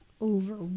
over